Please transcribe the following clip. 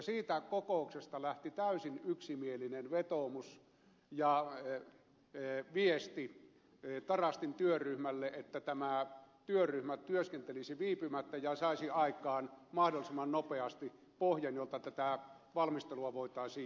siitä kokouksesta lähti täysin yksimielinen vetoomus ja viesti tarastin työryhmälle että tämä työryhmä työskentelisi viipymättä ja saisi aikaan mahdollisimman nopeasti pohjan jolta tätä valmistelua voitaisiin jatkaa